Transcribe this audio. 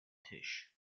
tisch